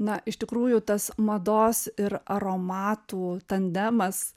na iš tikrųjų tas mados ir aromatų tandemas